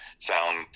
Sound